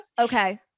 Okay